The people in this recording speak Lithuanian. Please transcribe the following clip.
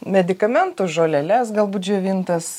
medikamentų žoleles galbūt džiovintas